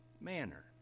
manner